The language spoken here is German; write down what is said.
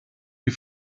wir